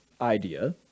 idea